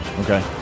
Okay